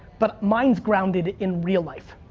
but mine's grounded in real life.